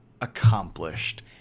accomplished